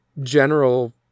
general